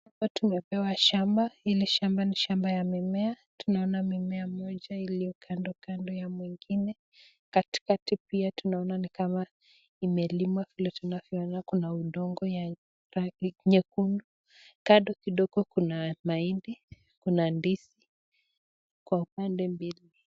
Hapa tumepewa shambaa, hii ni shamba ya mimea tunaona mimea mingi moja iliyo kando kando kando ya mwingine katikati pia tunaona kama imelimwa kama vile tunavyoona Kuna udogo ya rangi nyekundu kando kidogo Kuna mahindi Kuna ndizi Kwa upande mbili.